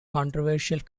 controversial